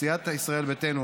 סיעת ישראל ביתנו,